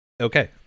Okay